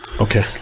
Okay